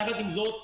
יחד עם זאת,